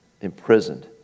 imprisoned